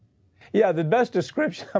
yeah, the best description, um